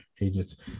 agents